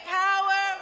power